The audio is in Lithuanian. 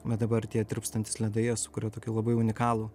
bet dabar tie tirpstantys ledai jie sukuria tokį labai unikalų